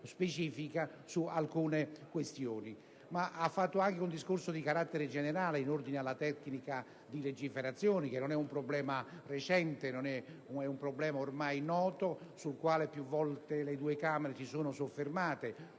specifica) di alcune questioni. Egli ha fatto anche un discorso di carattere generale in ordine alla tecnica di legiferazione, che non è un problema recente, ma è un problema ormai noto, sul quale più volte le due Camere si sono soffermate,